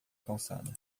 calçada